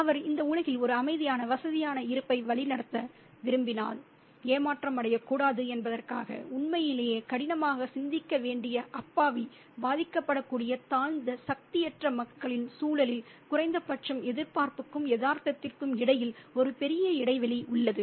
அவர் இந்த உலகில் ஒரு அமைதியான வசதியான இருப்பை வழிநடத்த விரும்பினால் ஏமாற்றமடையக்கூடாது என்பதற்காக உண்மையிலேயே கடினமாக சிந்திக்க வேண்டிய அப்பாவி பாதிக்கப்படக்கூடிய தாழ்ந்த சக்தியற்ற மக்களின் சூழலில் குறைந்தபட்சம் எதிர்பார்ப்புக்கும் யதார்த்தத்திற்கும் இடையில் ஒரு பெரிய இடைவெளி உள்ளது